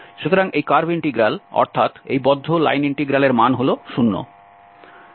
সুতরাং এই curve integral অর্থাৎ এই বদ্ধ লাইন ইন্টিগ্রাল এর মান হল 0